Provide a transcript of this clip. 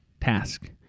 task